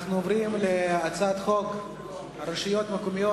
אנחנו עוברים להצעת חוק הרשויות המקומיות